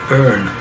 earn